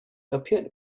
appeared